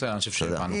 תודה.